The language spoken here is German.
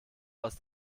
aus